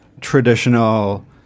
traditional